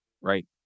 right